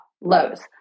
lows